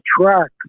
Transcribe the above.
track